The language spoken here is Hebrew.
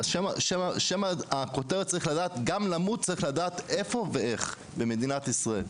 שם הכותרת צריך להיות "גם למות צריך לדעת איפה ואיך במדינת ישראל".